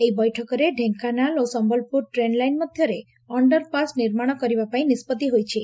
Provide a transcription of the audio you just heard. ଏହି ବୈଠକରେ ଢେଙ୍କାନାଳ ଓ ସମ୍ମଲପୁର ଟ୍ରେନ୍ ଲାଇନ୍ ମଧ୍ଧରେ ଅଶ୍ଡର୍ ପାସ୍ ନିର୍ମାଶ କରିବାପାଇଁ ନିଷ୍ବଭି ହୋଇଛି